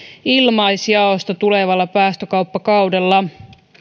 ilmaisjaosta tulevalla päästökauppakaudella